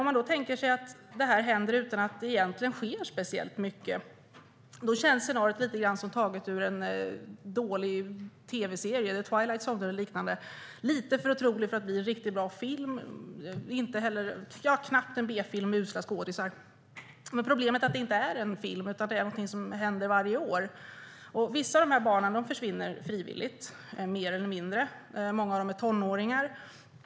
Om vi nu tänker oss att allt det här händer utan att det egentligen sker speciellt mycket, då känns scenariot lite grann som taget ur en dålig tv-serie, The Twilight Zone eller liknande. Det är lite för otroligt för att bli en riktigt bra film, utan det är mer som en B-film med usla skådisar. Problemet är att det inte är en film, utan det är någonting som händer varje år. Vissa av de här barnen försvinner mer eller mindre frivilligt. Många av dem är tonåringar.